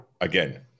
Again